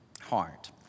heart